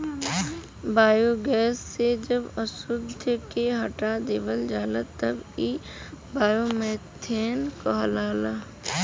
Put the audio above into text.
biogas से जब अशुद्धि के हटा देवल जाला तब इ बायोमीथेन कहलाला